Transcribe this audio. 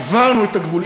עברנו את הגבול.